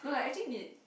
no ah actually need